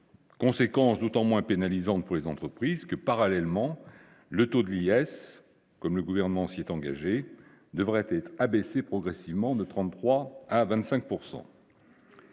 conséquence d'autant moins pénalisante pour les entreprises que parallèlement, le taux de l'IS comme le gouvernement s'est engagé devrait être abaissée progressivement de 33 à 25